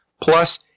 Plus